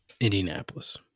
Indianapolis